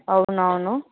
అవునవును